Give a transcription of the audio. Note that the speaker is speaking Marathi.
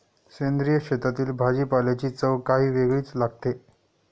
सेंद्रिय शेतातील भाजीपाल्याची चव काही वेगळीच लागते